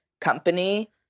company